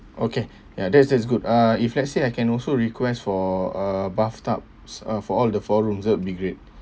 okay ya that's that's good uh if let's say I can also request for uh bathtubs uh for all the four rooms that will be great